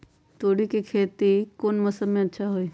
तोड़ी के खेती कौन मौसम में अच्छा होई?